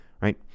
right